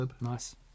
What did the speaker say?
Nice